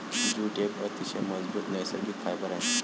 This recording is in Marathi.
जूट एक अतिशय मजबूत नैसर्गिक फायबर आहे